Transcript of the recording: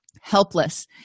helpless